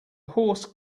horse